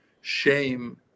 shame